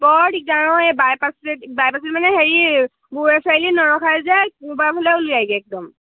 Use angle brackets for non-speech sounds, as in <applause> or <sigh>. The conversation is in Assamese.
বৰ দিগদাৰ অঁ এই বাইপাছ <unintelligible> বাইপাছে মানে হেৰি <unintelligible> চাৰিআলি নৰখাই যে <unintelligible> কোবাফালে উলিয়াইগে একদম